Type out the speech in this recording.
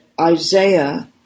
Isaiah